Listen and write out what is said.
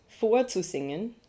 vorzusingen